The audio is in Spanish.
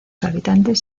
habitantes